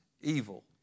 evil